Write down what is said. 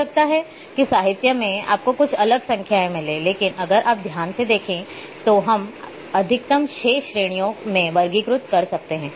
हो सकता है कि साहित्य में आपको कुछ अलग संख्याएँ मिलें लेकिन अगर आप ध्यान से देखें तो हम अधिकतम 6 श्रेणियों में वर्गीकृत कर सकते हैं